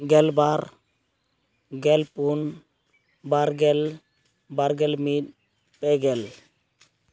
ᱜᱮᱞᱵᱟᱨ ᱜᱮᱞᱯᱩᱱ ᱵᱟᱨᱜᱮᱞ ᱵᱟᱨᱜᱮᱞ ᱢᱤᱫ ᱯᱮᱜᱮᱞ